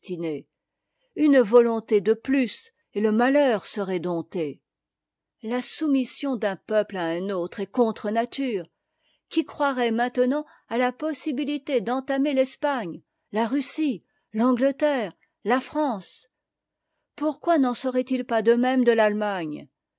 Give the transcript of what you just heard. une volonté de'ptus et le malheur serait dompté la soumission d'un peuple à un autre est contre nature qui croirait maintenant à'la possibilité d'entamer l'espagne la russie l'angleterre la france pourquoi n'en serait-il pas de même de l'allemagne